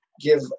give